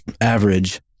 average